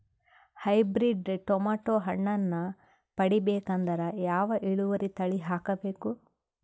Hybrid tomato ಹಣ್ಣನ್ನ ಪಡಿಬೇಕಂದರ ಯಾವ ಇಳುವರಿ ತಳಿ ಹಾಕಬೇಕು?